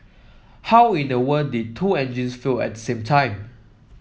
how in the world did two engines at the same time